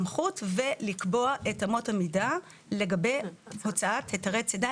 לסמכות ולקבוע את אמות המידה לגבי הוצאת היתרי צידה,